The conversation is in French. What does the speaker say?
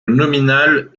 nominale